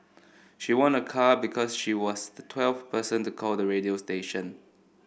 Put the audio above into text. she won a car because she was the twelfth person to call the radio station